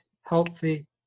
healthy